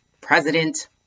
President